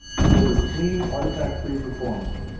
and delivers clean artifact-free performance.